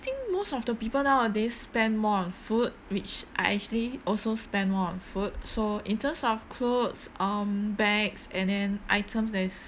think most of the people nowadays spend more on food which I actually also spend more on food so in terms of clothes um bags and then items there is